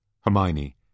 Hermione